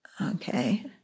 Okay